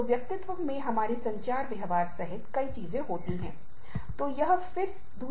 और अत्यधिक काम करने से शारीरिक और मानसिक स्वास्थ्य समस्याएं होती हैं और कभी कभी मृत्यु भी हो जाती है